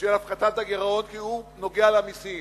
של הפחתת הגירעון, כי הוא נוגע למסים.